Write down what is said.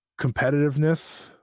competitiveness